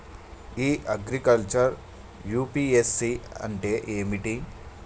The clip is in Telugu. ఇ అగ్రికల్చర్ యూ.పి.ఎస్.సి అంటే ఏమిటి?